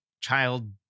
child